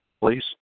please